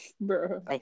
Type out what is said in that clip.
Bro